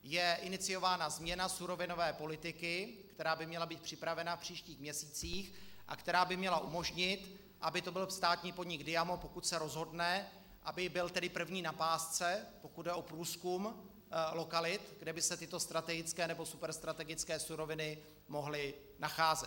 Je iniciována změna surovinové politiky, která by měla být připravena v příštích měsících a která by měla umožnit, aby to byl státní podnik Diamo, pokud se rozhodne, aby byl první na pásce, pokud jde o průzkum lokalit, kde by se tyto strategické nebo superstrategické suroviny mohly nacházet.